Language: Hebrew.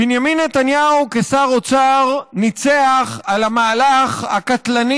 בנימין נתניהו כשר אוצר ניצח על המהלך הקטלני